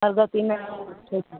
परगोती छै तऽ